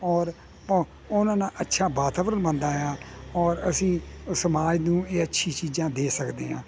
ਔਰ ਉਹਨਾਂ ਨਾਲ ਅੱਛਾ ਵਾਤਾਵਰਣ ਬਣਦਾ ਆ ਔਰ ਅਸੀਂ ਸਮਾਜ ਨੂੰ ਇਹ ਅੱਛੀ ਚੀਜ਼ਾਂ ਦੇ ਸਕਦੇ ਹਾਂ